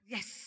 Yes